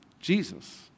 Jesus